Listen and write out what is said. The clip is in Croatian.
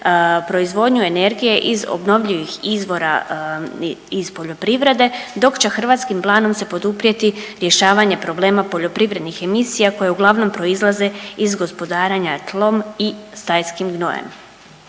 proizvodnju energije iz obnovljivih izvora iz poljoprivrede, dok će hrvatskim planom se poduprijeti rješavanje problema poljoprivrednih emisija koje uglavnom proizlaze iz gospodarenja tlom i stajskim gnojem.